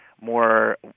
more